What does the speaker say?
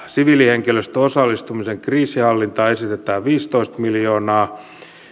siviilihenkilöstön osallistumiseen kriisinhallintaan esitetään viittätoista miljoonaa